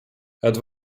het